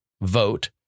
vote